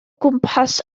gwmpas